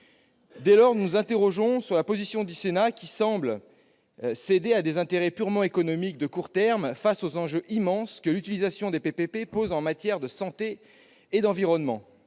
Dès lors, nous nous interrogeons sur la position du Sénat, qui semble céder à des intérêts purement économiques de court terme, face aux enjeux immenses que l'utilisation des PPP représente en matière de santé et d'environnement.